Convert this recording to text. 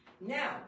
Now